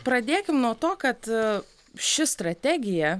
pradėkim nuo to kad ši strategija